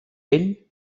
ell